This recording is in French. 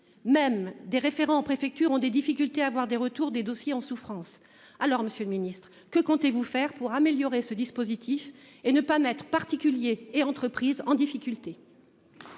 même des référents en préfecture ont des difficultés à avoir des retours des dossiers en souffrance. Alors Monsieur le Ministre que comptez-vous faire pour améliorer ce dispositif et ne pas mettre, particuliers et entreprises en difficulté.--